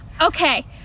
Okay